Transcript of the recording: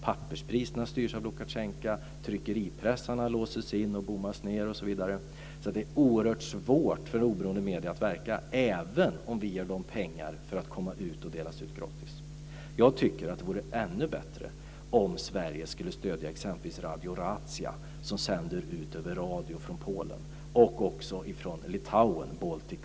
Papperspriserna styrs av Lukasjenko. Tryckeripressarna låses in och bommas igen osv. Därför är det oerhört svårt för oberoende medier att verka även om vi ger dem pengar för att tidningar ska komma ut och delas ut gratis. Jag tycker att det vore ännu bättre om Sverige skulle stödja exempelvis Radio Racyja som sänder ut radio från Polen och också Baltic Wave som sänder från Litauen.